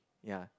ya